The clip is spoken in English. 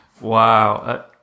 Wow